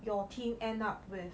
your team end up with